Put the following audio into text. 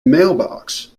mailbox